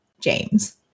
James